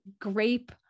grape